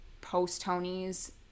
post-Tony's